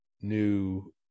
new